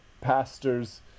pastor's